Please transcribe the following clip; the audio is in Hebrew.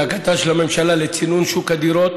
דאגתה של הממשלה לצינון שוק הדירות,